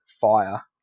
fire